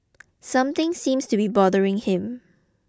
something seems to be bothering him